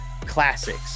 classics